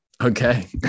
Okay